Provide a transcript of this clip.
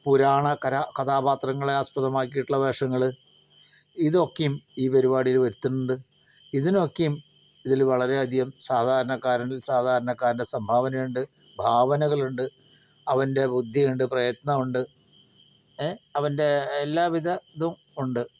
പുരാണ കര കഥാപാത്രങ്ങളെ ആസ്പദമാക്കിയിട്ടുള്ള വേഷങ്ങള് ഇതൊക്കെയും ഈ പരിപാടിയില് വരുത്തുന്നുണ്ട് ഇതിനൊക്കെയും ഇതിൽ വളരെയാധികം സാധാരണക്കാരിൽ സാധാരണക്കാരൻറ്റെ സംഭാവനയുണ്ട് ഭാവനകളുണ്ട് അവൻറ്റെ ബുദ്ധിയുണ്ട് പ്രയത്നമുണ്ട് ഏ അവൻറ്റെ എല്ലാ വിധ ഇതും ഉണ്ട്